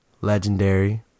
Legendary